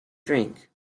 drink